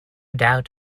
doubt